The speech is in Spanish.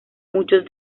muchos